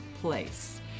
place